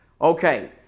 Okay